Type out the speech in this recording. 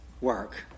work